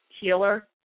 healer